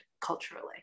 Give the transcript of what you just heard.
culturally